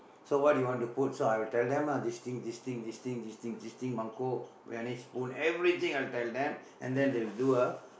so what you want to put so I will tell them lah this thing this thing this thing this thing Mangkok Briyani spoon everything I will tell them and then they will do a